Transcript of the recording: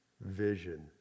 vision